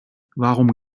warum